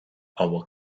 our